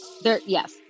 yes